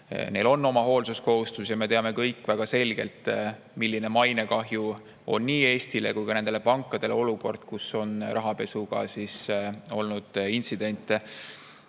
Neil on oma hoolsuskohustus. Me teame kõik väga selgelt, milline mainekahju on nii Eestile kui ka nendele pankadele olukord, kus on olnud rahapesuintsidente.